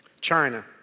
China